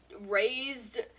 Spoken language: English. raised